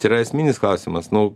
čia yra esminis klausimas nu